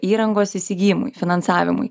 įrangos įsigijimui finansavimui